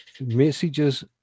messages